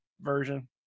version